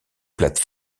plate